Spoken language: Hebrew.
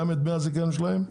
גם את דמי הזיכיון שלהם,